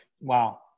Wow